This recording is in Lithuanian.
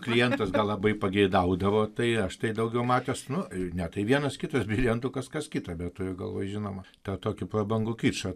klientas labai pageidaudavo tai aš tai daugiau matęs nu ir ne tai vienas kitas briliantukas kas kita bet turiu galvoj žinoma tą tokį prabangų kičą